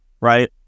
right